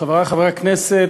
חברי חברי הכנסת,